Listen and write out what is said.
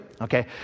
okay